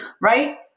right